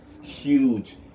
huge